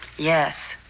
yes.